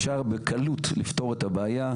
אפשר בקלות לפתור את הבעיה,